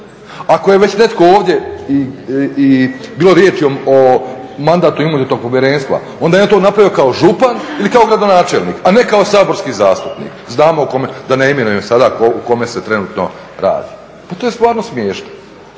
Ako je već netko ovdje i bilo riječi o Mandatno-imunitetnog povjerenstva onda je on to napravio kao župan ili kao gradonačelnik, a ne kao saborski zastupnik. Znamo o kome, da ne imenujem sada o kome se trenutno radi. Pa to je stvarno smiješno!